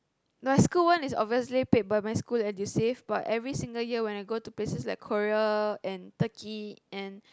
my school one is obviously paid by my school Edusave but every single year when I go to places like Korea and Turkey and